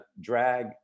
drag